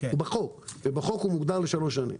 בחוק הוא מוגדר לשלוש שנים.